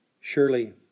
Surely